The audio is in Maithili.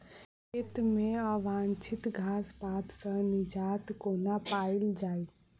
खेत मे अवांछित घास पात सऽ निजात कोना पाइल जाइ?